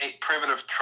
primitive